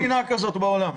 אין מדינה כזאת בעולם.